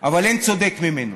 אבל אין צודק ממנו.